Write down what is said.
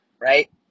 right